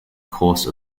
course